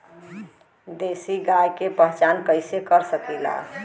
देशी गाय के पहचान कइसे कर सकीला?